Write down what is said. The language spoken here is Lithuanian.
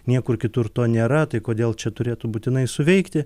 niekur kitur to nėra tai kodėl čia turėtų būtinai suveikti